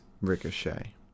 Ricochet